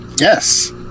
Yes